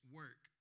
work